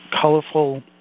colorful